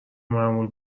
معمول